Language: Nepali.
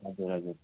हजुर हजुर